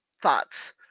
thoughts